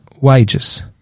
wages